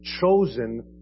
chosen